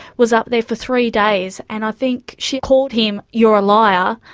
was up there for three days, and i think she called him you're a liar,